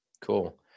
Cool